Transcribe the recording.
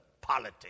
politics